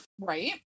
right